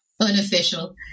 unofficial